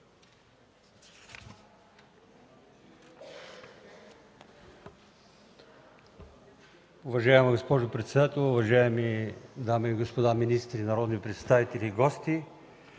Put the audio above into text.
Уважаема госпожо председател, уважаеми дами и господа министри, народни представители и гости!